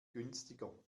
günstiger